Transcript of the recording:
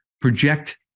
project